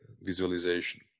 visualization